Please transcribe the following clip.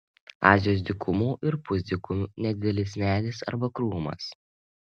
azijos dykumų ir pusdykumių nedidelis medis arba krūmas